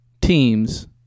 teams